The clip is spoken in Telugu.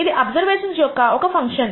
ఇది అబ్జర్వేషన్స్ యొక్క ఒక ఫంక్షన్